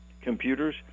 computers